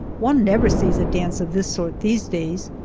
one never sees a dance of this sort these days,